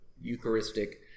Eucharistic